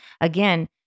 again